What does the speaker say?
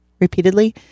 repeatedly